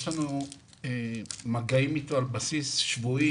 יש לנו מגעים אתו על בסיס יומי.